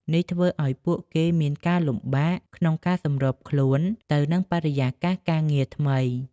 នេះធ្វើឱ្យពួកគេមានការលំបាកក្នុងការសម្របខ្លួនទៅនឹងបរិយាកាសការងារថ្មី។